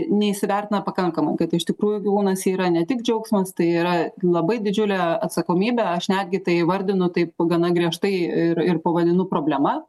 neįsivertina pakankamai kad iš tikrųjų gyvūnas yra ne tik džiaugsmas tai yra labai didžiulė atsakomybė aš netgi tai įvardinu taip gana griežtai ir ir pavadinu problema